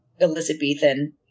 elizabethan